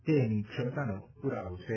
તે એની ક્ષમતાનો પુરાવો છે